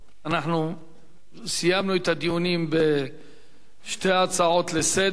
אנחנו סיימנו את הדיונים בשתי ההצעות לסדר-היום.